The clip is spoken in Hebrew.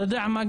אתה יודע גם מה,